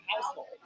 household